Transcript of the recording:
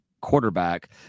quarterback